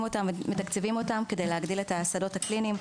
אותם ומתקצבים אותם כדי להגדיל את השדות הקליניים.